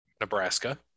Nebraska